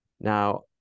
Now